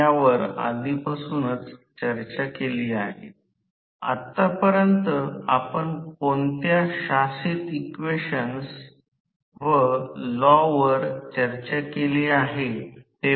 आणि आता वाहक कायमस्वरुपाच्या चुंबकीय क्षेत्रात आहे त्यामुळे त्याला यांत्रिक शक्तीचा अनुभव येतो ज्याला लोरेन्त्झ बल म्हणतात